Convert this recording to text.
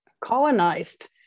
colonized